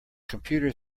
computer